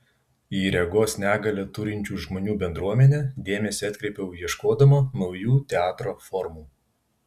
į regos negalią turinčių žmonių bendruomenę dėmesį atkreipiau ieškodama naujų teatro formų